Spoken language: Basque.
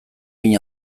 hein